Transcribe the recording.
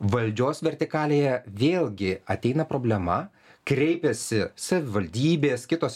valdžios vertikalėje vėlgi ateina problema kreipiasi savivaldybės kitos